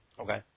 Okay